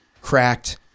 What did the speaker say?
cracked